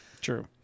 true